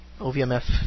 OVMF